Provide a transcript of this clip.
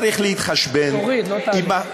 תוריד, לא תעלה.